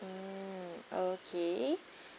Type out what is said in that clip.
mm okay